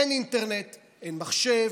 אין אינטרנט, אין מחשב,